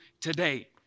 today